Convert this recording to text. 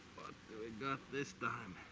do we got this time?